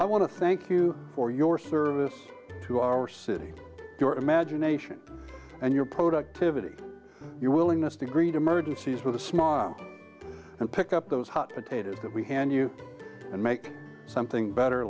i want to thank you for your service to our city your imagination and your productivity your willingness to greet emergencies through the small and pick up those hot potatoes that we hand you and make something better